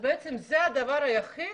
זה הדבר היחיד